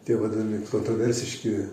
tie vadinami kontroversiški